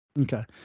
Okay